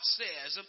says